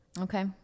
Okay